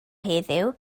heddiw